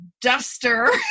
duster